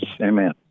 amen